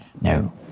No